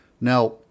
Now